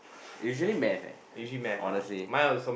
usually man leh honestly